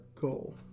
goal